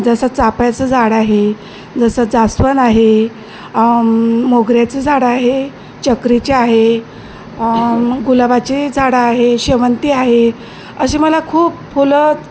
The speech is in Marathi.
जसं चाफ्याचं झाड आहे जसं जास्वंद आहे मोगऱ्याचं झाडं आहे चक्रीची आहे मग गुलाबाची झाडं आहे शेवंती आहे अशी मला खूप फुलं